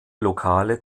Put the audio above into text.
lokale